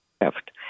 left